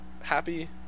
happy